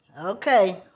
Okay